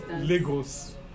Lagos